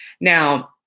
Now